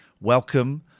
Welcome